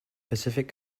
pacific